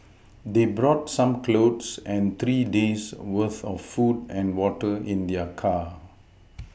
they brought some clothes and three days' worth of food and water in their car